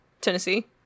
Tennessee